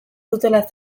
dutela